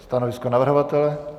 Stanovisko navrhovatele?